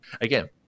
again